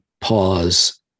pause